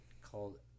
called